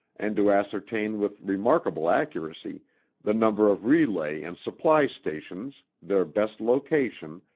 and to ascertain with remarkable accuracy the number of relay and supply stations, their best location,